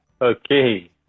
Okay